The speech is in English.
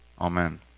Amen